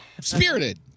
Spirited